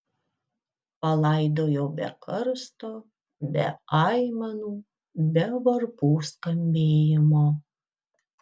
palaidojo be karsto be aimanų be varpų skambėjimo